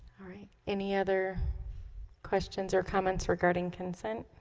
any other questions or comments regarding consent